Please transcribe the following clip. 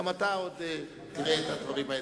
גם אתה עוד תראה את הדברים האלה.